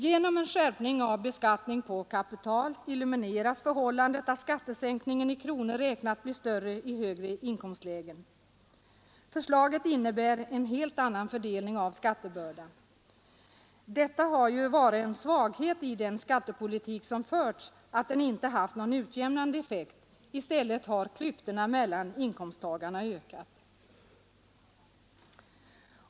Genom en skärpning av beskattningen på kapital elimineras det förhållandet att skattesänkningen i kronor räknat blir större i högre inkomstlägen. Förslaget innebär en helt annan fördelning av skattebördan. Det har ju varit en svaghet i den skattepolitik som förts att den inte haft någon utjämnande effekt. I stället har klyftorna mellan inkomsttagarna ökat.